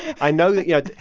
i know that yeah